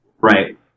right